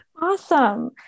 Awesome